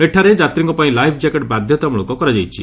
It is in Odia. ଏଠାରେ ଯାତ୍ରୀଙ୍କ ପାଇଁ ଲାଇଫ୍ ଜ୍ୟାକେଟ୍ ବାଧତାମ୍ଟଳକ କରାଯାଇଛି